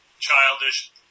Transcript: childish